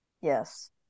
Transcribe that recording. Yes